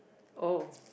oh